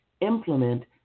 implement